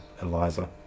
Eliza